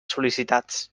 sol·licitats